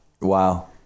Wow